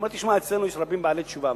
הוא אומר: תשמע, אצלנו יש רבים בעלי תשובה.